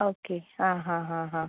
okay आं हां हां हां हां